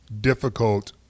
difficult